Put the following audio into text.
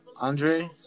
Andre